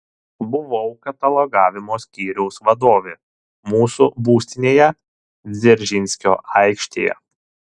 buvau katalogavimo skyriaus vadovė mūsų būstinėje dzeržinskio aikštėje